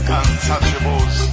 untouchables